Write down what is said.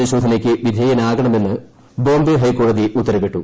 പരിശോധനയ്ക്ക് വിധേയനാകണമെന്ന് ബോംബെ ഹൈക്കോടതി ഉത്തരവിട്ടു